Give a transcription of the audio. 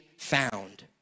found